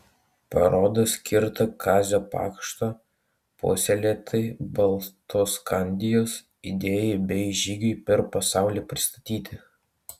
paroda skirta kazio pakšto puoselėtai baltoskandijos idėjai bei žygiui per pasaulį pristatyti